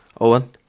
Owen